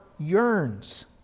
yearns